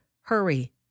Hurry